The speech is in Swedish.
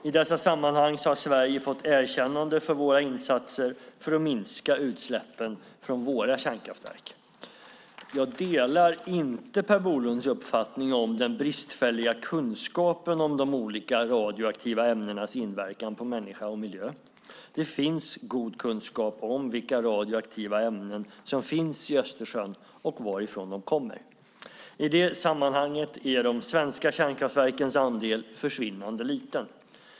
I dessa sammanhang har Sverige fått erkännanden för våra insatser för att minska utsläppen från våra kärnkraftverk. Jag delar inte Per Bolunds uppfattning om den bristfälliga kunskapen om de olika radioaktiva ämnenas inverkan på människa och miljö. Det finns god kunskap om vilka radioaktiva ämnen som finns i Östersjön och varifrån de kommer. I det sammanhanget är de svenska kärnkraftverkens andel försvinnande liten.